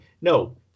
no